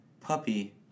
puppy